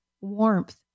warmth